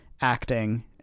acting